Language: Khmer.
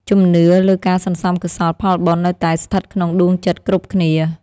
ជំនឿលើការសន្សំកុសលផលបុណ្យនៅតែស្ថិតក្នុងដួងចិត្តគ្រប់គ្នា។